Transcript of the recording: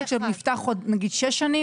עסק שנפתח לפני שש שנים,